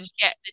get